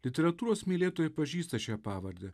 literatūros mylėtojai pažįsta šią pavardę